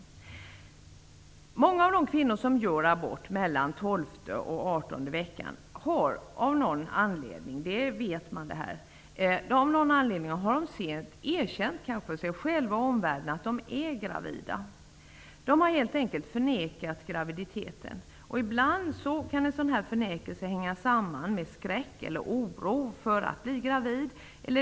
Man vet att många av de kvinnor som gör abort mellan tolfte och artonde veckan av någon anledning har erkänt sent för sig själva och omvärlden att de är gravida. De har helt enkelt förnekat graviditeten. Ibland kan en sådan förnekelse hänga samman med skräck eller oro för att bli gravid.